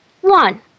One